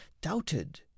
doubted